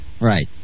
right